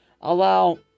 allow